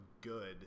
good